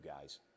guys